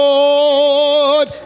Lord